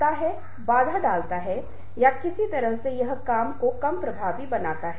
हमने यह भी पहचाना कि संचार में क्या बाधा है क्या सचार नवीनतम को करेगा क्या संचार को प्रोत्साहित करता है